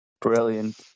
Brilliant